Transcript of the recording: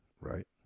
right